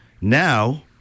Now